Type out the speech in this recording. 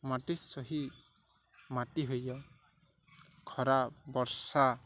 ମାଟି ସେହି ମାଟି ହୋଇଯାଅ ଖରା ବର୍ଷା